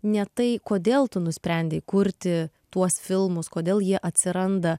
ne tai kodėl tu nusprendei kurti tuos filmus kodėl jie atsiranda